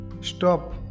stop